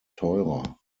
teurer